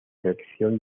selección